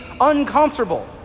uncomfortable